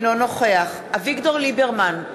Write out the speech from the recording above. אינו נוכח אביגדור ליברמן,